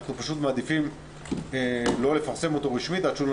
אנחנו מעדיפים לא לפרסם אותו רשמית כל עוד הוא לא